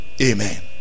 amen